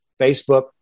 Facebook